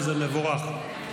וזה מבורך,